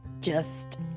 Just